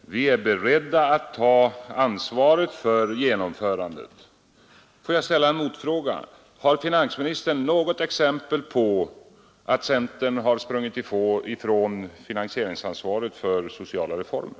vi är beredda att ta ansvaret för genomförandet. Låt mig ställa en motfråga: Har finansministern något exempel på att centern har sprungit ifrån finansieringsansvaret för sociala reformer?